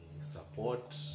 support